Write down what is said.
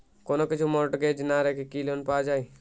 কোন কিছু মর্টগেজ না রেখে কি লোন পাওয়া য়ায়?